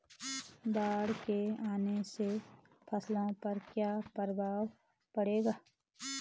बाढ़ के आने से फसलों पर क्या प्रभाव पड़ेगा?